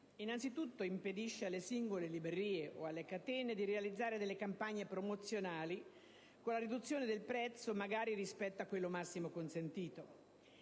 innanzitutto impedisce alle singole librerie o alle catene di realizzare delle campagne promozionali con la riduzione del prezzo oltre il massimo consentito;